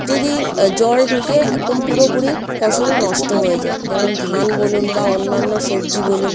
যদি জল ঢুকে একদম পুরোপুরি ফসল নষ্ট হয়ে যায় যেমন ধান বলুন বা অন্যান্য সবজি বলুন